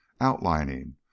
outlining